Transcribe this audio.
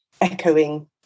echoing